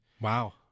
Wow